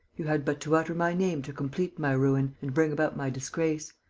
you had but to utter my name to complete my ruin and bring about my disgrace.